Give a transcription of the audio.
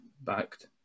backed